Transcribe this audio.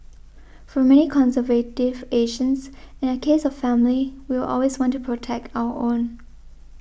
for many conservative Asians in the case of family we will always want to protect our own